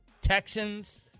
Texans